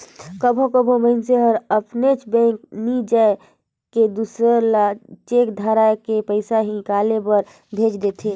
कभों कभों मइनसे हर अपनेच बेंक नी जाए के दूसर ल चेक धराए के पइसा हिंकाले बर भेज देथे